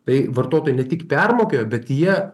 tai vartotojai ne tik permokėjo bet jie